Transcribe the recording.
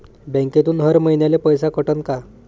बँकेतून हर महिन्याले पैसा कटन का?